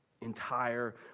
entire